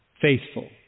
faithful